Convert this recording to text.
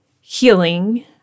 healing